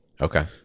okay